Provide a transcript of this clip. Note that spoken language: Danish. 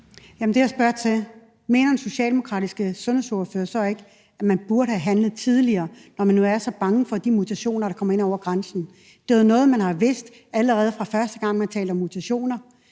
Det, jeg spørger til, er, om den socialdemokratiske sundhedsordfører så ikke mener, at man burde have handlet tidligere, når man nu er så bange for de mutationer, der kommer ind over grænsen. Man har vidst, allerede fra første gang man talte om mutationer,